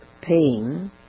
paying